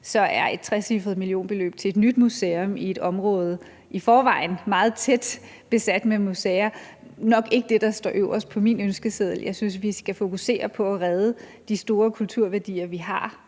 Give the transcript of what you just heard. så er et trecifret millionbeløb til et nyt museum i et område, som i forvejen er meget tæt besat med museer, nok ikke det, der står øverst på min ønskeseddel. Jeg synes, vi nu skal fokusere på at redde de store kulturværdier, vi har,